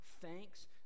thanks